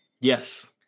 Yes